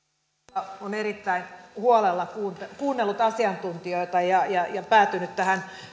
arvoisa puhemies valiokunta on erittäin huolella kuunnellut kuunnellut asiantuntijoita ja ja päätynyt tähän